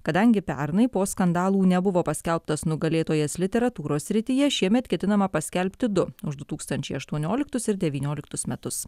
kadangi pernai po skandalų nebuvo paskelbtas nugalėtojas literatūros srityje šiemet ketinama paskelbti du už du tūkstančiai aštuonioliktus ir devynioliktus metus